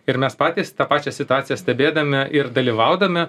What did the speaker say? ir mes patys tą pačią situaciją stebėdami ir dalyvaudami